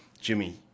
Jimmy